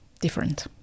different